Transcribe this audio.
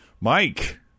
Mike